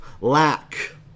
lack